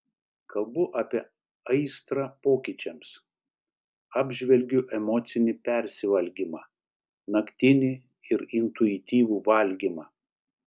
kalbu apie aistrą pokyčiams apžvelgiu emocinį persivalgymą naktinį ir intuityvų valgymą